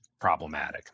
problematic